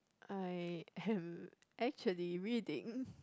I am actually reading